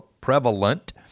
prevalent